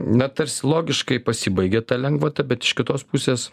na tarsi logiškai pasibaigė ta lengvata bet iš kitos pusės